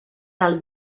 del